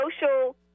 social